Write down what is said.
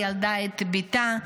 ילדה את בתה,